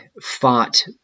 fought